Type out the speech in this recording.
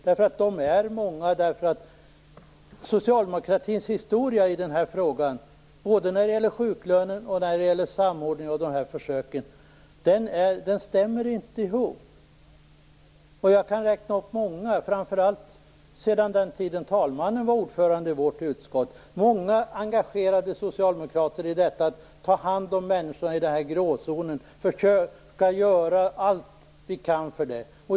De är många, därför att socialdemokratins historia i den här frågan, när det gäller både sjuklön och samordning av försök, inte stämmer. Jag kan räkna upp många socialdemokrater, framför allt från den tid då talmannen var ordförande i vårt utskott, som var engagerade i detta att ta hand om människorna i gråzonen, att försöka göra allt för dem.